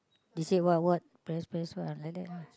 they say what what press press what like that lah